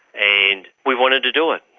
and we wanted to do it,